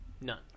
None